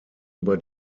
über